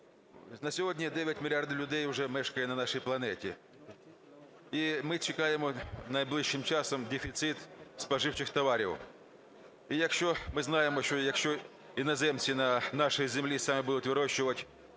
на сьогодні 9 мільярдів людей уже мешкає на нашій планеті. І ми чекаємо найближчим часом дефіцит споживчих товарів. І якщо… Ми знаємо, що якщо іноземці на нашій землі саме будуть вирощувати